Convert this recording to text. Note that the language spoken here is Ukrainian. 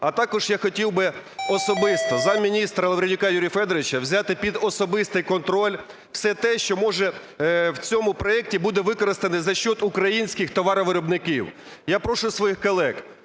А також я хотів би особисто замміністра Лавренюка Юрія Федоровича взяти під особистий контроль все те, що може в цьому проекті буде використано за счет українських товаровиробників. Я прошу своїх колег